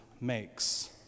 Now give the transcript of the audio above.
makes